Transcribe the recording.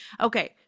Okay